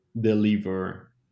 deliver